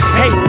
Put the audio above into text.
hey